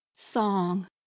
Song